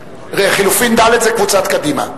לחלופין ד' זאת קבוצת קדימה.